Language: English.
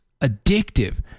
Addictive